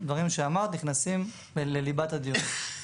הדברים שאמרת נכנסים לליבת הדיון.